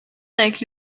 avec